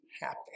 happy